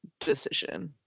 decision